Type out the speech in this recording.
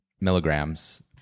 milligrams